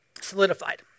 solidified